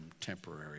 temporary